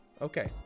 Okay